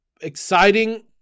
Exciting